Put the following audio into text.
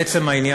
אבל לעצם העניין.